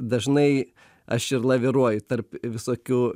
dažnai aš ir laviruoju tarp visokių